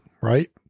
right